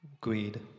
greed